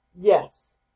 Yes